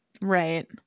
right